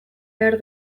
behar